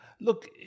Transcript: Look